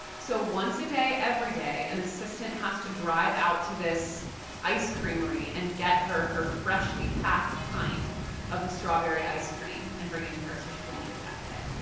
so once a day, every day, an and assistant has to drive out to this ice creamery and get her her freshly packed pint of strawberry ice cream and bring it to her so she can eat it that day.